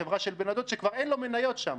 והחברה של בן הדוד שכבר אין לו מניות שם,